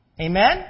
Amen